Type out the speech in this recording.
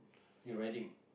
your riding